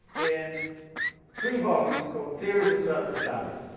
in three volumes called theories of surplus value.